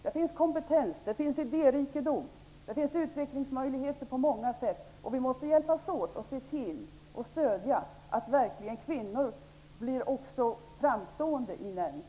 Det finns kompetens, idérikedom och utvecklingsmöjligheter på många sätt. Vi måste hjälpas åt att se till att kvinnor också blir framstående i näringslivet.